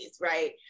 right